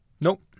Nope